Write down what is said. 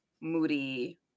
Moody